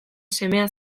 semea